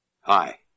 Hi